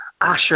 Asher